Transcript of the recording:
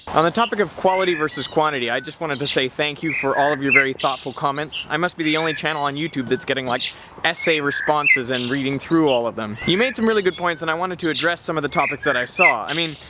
on the topic of quality versus quantity, i just wanted to say thank you for all of your very thoughtful comments. i must be the only channel on youtube that's getting like essay responses and reading through all of them. you made some really good points and i wanted to address some the topics that i saw. i mean,